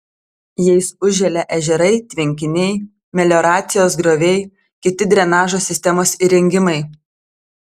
jais užželia ežerai tvenkiniai melioracijos grioviai kiti drenažo sistemos įrengimai